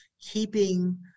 keeping